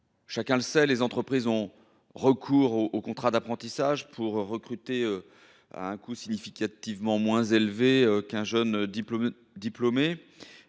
Chacun le sait, les entreprises ont recours aux contrats d’apprentissage pour recruter à un coût significativement moins élevé que celui de